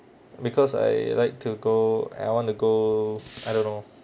because I like to go I want to go I don't know